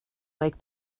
lake